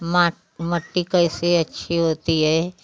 मा मट्टी कैसे अच्छी होती है